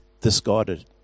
discarded